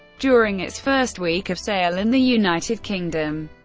during its first week of sale in the united kingdom,